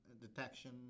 detection